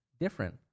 different